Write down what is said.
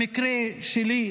במקרה שלי,